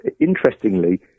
interestingly